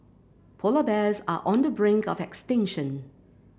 polar bears are on the brink of extinction